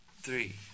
three